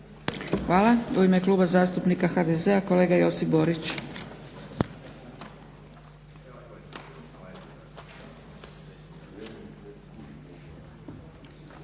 Hvala. U ime Kluba zastupnika HDZ-a, kolega Josip Borić.